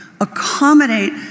accommodate